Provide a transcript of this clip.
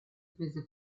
prese